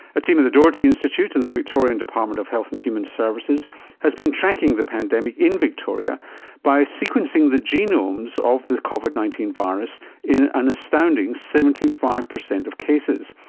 a team at the doherty institute and the victorian department of health and human services has been tracking the pandemic in victoria by sequencing the genomes of the covid nineteen virus in an astounding seventy five percent of cases.